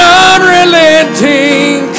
unrelenting